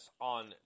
on